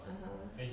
(uh huh)